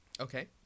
Okay